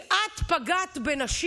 את שקרנית, את לא עשית לנשים,